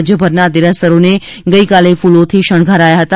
રાજ્યભરના દેરાસરોને ગઇકાલે ફૂલોથી શણગારાયા છે